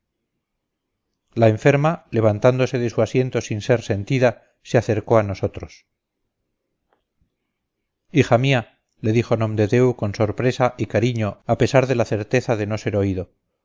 la enferma levantándose de su asiento sin ser sentida se acercó a nosotros hija mía le dijo nomdedeu con sorpresa y cariño a pesar de la certeza de no ser oído